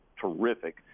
terrific